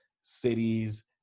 cities